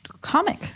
comic